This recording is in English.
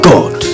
God